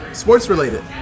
Sports-related